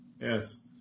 Yes